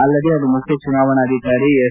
ಅಲ್ಲದೆ ಅದು ಮುಖ್ಯ ಚುನಾವಣಾ ಅಧಿಕಾರಿ ಎಸ್